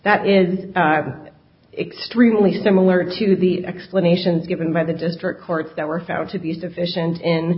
that is extremely similar to the explanations given by the district courts that were found to be sufficient